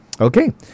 Okay